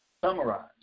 summarize